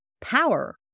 power